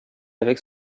avec